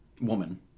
woman